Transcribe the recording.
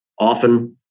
Often